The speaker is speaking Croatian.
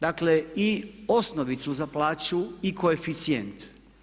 Dakle, i osnovicu za plaću i koeficijent.